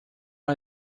are